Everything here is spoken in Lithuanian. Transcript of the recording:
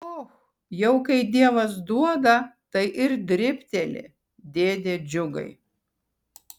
och jau kai dievas duoda tai ir dribteli dėde džiugai